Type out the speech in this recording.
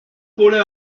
paulin